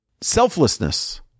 Selflessness